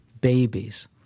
babies